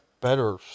better